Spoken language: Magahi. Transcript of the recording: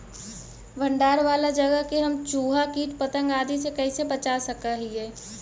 भंडार वाला जगह के हम चुहा, किट पतंग, आदि से कैसे बचा सक हिय?